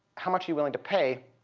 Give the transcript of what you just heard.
how much are you willing to pay,